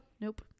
nope